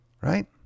right